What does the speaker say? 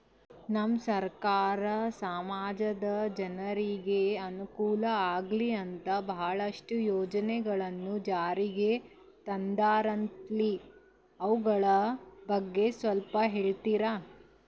ನಮ್ಮ ಸರ್ಕಾರ ಸಮಾಜದ ಜನರಿಗೆ ಅನುಕೂಲ ಆಗ್ಲಿ ಅಂತ ಬಹಳಷ್ಟು ಯೋಜನೆಗಳನ್ನು ಜಾರಿಗೆ ತಂದರಂತಲ್ಲ ಅವುಗಳ ಬಗ್ಗೆ ಸ್ವಲ್ಪ ಹೇಳಿತೀರಾ?